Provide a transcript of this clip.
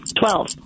Twelve